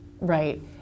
Right